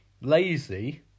Lazy